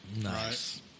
Nice